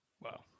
Wow